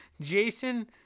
Jason